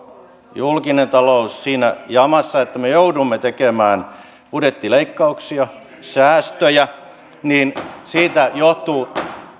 julkinen talous siinä jamassa että me joudumme tekemään budjettileikkauksia säästöjä siitä johtuu